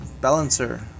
Balancer